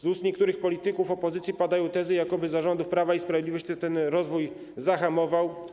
Z ust niektórych polityków opozycji padają tezy, jakoby za rządów Prawa i Sprawiedliwości ten rozwój zahamował.